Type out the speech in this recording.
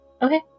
Okay